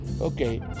okay